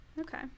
Okay